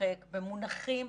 ומתרחק במונחים,